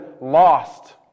lost